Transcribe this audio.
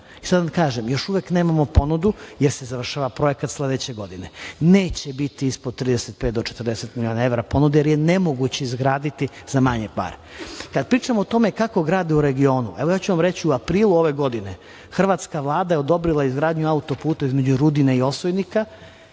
I šta da vam kažem, još uvek nemamo ponudu, jer se završava projekat sledeće godine. Neće biti ispod 35 do 40 miliona evra ponude, jer je nemoguće izgraditi za manje para. Kada pričamo o tome kako grade u regionu. Evo, ja ću vam reći, u aprilu ove godine hrvatska vlada je odobrila izgradnju auto-puta između Rudina i Osojnika,